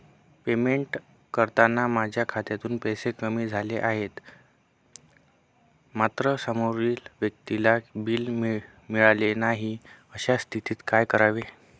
Payment करताना माझ्या खात्यातून पैसे कमी तर झाले आहेत मात्र समोरील व्यक्तीला बिल मिळालेले नाही, अशा स्थितीत काय करावे?